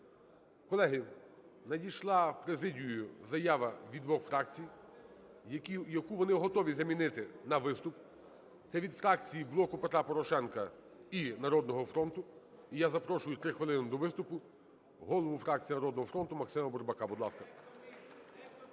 Колеги, надійшла в президію заява від двох фракцій, яку вони готові замінити на виступ. Це від фракції "Блоку Петра Порошенка" і "Народного фронту". І я запрошую, 3 хвилини, до виступу голову фракції "Народного фронту" Максима Бурбака.